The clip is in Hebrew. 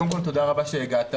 קודם כל תודה רבה שהגעת.